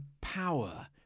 power